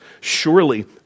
surely